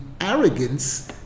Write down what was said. arrogance